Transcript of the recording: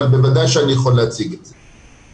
אבל בוודאי שאני יכול להציג את זה.